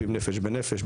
רופאים נפש בנפש,